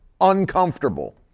uncomfortable